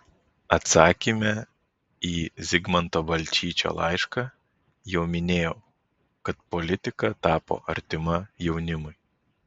atsakyme į zigmanto balčyčio laišką jau minėjau kad politika tapo artima jaunimui